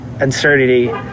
uncertainty